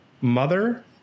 mother